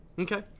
Okay